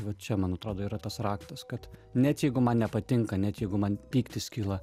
va čia man atrodo yra tas raktas kad net jeigu man nepatinka net jeigu man pyktis kyla